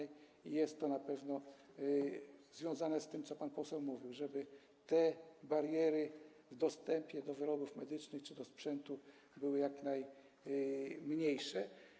Jest to na pewno związane z tym - o czym mówił pan poseł - żeby te bariery w dostępie do wyrobów medycznych czy do sprzętu były jak najmniejsze.